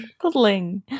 cuddling